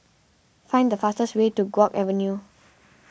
find the fastest way to Guok Avenue